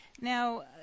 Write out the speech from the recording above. now